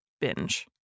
binge